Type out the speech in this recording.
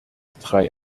drei